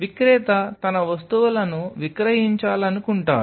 విక్రేత తన వస్తువులను విక్రయించాలనుకుంటాడు